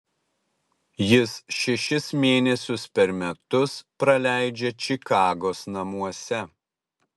jis šešis mėnesius per metus praleidžia čikagos namuose